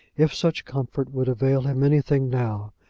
if such comfort would avail him anything now,